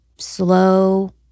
slow